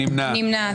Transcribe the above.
הוסרה.